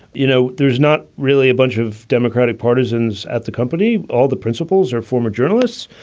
you know, there's not really a bunch of democratic partisans at the company. all the principles are former journalists.